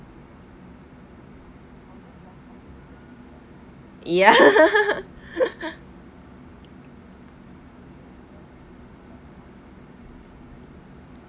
ya